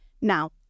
Now